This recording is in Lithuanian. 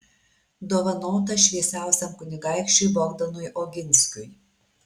dovanota šviesiausiam kunigaikščiui bogdanui oginskiui